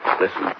Listen